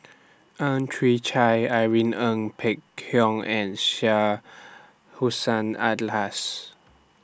Ang Chwee Chai Irene Ng Phek Hoong and Syed Hussein Alatas